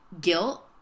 guilt